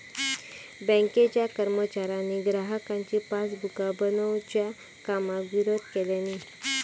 बँकेच्या कर्मचाऱ्यांनी ग्राहकांची पासबुका बनवच्या कामाक विरोध केल्यानी